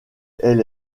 elle